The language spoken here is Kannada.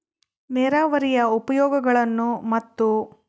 ನೇರಾವರಿಯ ಉಪಯೋಗಗಳನ್ನು ಮತ್ತು?